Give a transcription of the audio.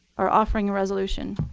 or offering a resolution.